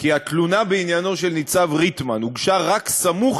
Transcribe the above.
שהתלונה בעניינו של ניצב ריטמן הוגשה רק סמוך